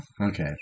Okay